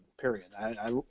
period